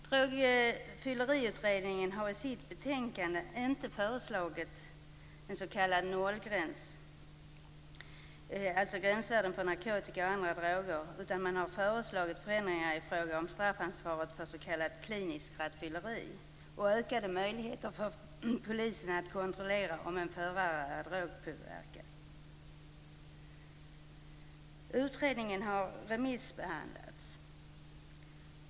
Drograttfylleriutredningen har i sitt betänkande inte föreslagit en s.k. nollgräns, dvs. gränsvärden för narkotika och andra droger. Man har föreslagit förändringar i fråga om straffansvaret för s.k. kliniskt rattfylleri och ökade möjligheter för polisen att kontrollera om en förare är drogpåverkad. Utredningen har remissbehandlats.